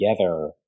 together